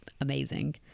amazing